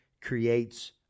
creates